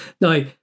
Now